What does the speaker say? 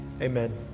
amen